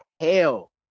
hell